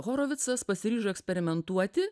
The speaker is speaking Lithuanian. horovicas pasiryžo eksperimentuoti